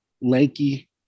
lanky